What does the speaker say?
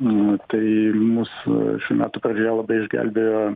nu tai mūsų šių metų pradžioje labai išgelbėjo